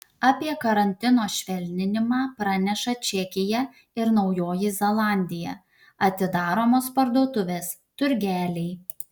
apie karantino švelninimą praneša čekija ir naujoji zelandija atidaromos parduotuvės turgeliai